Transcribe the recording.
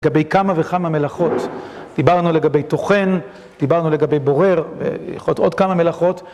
לגבי כמה וכמה מלאכות, דיברנו לגבי טוחן, דיברנו לגבי בורר ועוד כמה מלאכות